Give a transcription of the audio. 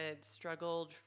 struggled